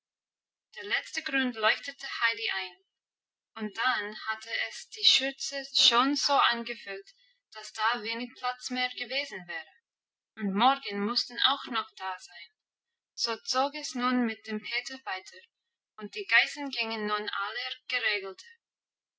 der letzte grund leuchtete heidi ein und dann hatte es die schürze schon so angefüllt dass da wenig platz mehr gewesen wäre und morgen mussten auch noch da sein so zog es nun mit dem peter weiter und die geißen gingen nun alle geregelter